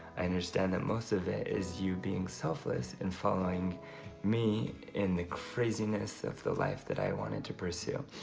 i understand that most of it is you being selfless and following me in the craziness of the life that i wanted to pursue.